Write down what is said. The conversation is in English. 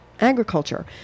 agriculture